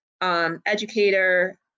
educator